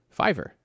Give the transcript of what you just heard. Fiverr